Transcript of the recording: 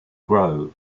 grove